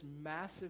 massive